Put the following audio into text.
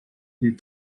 des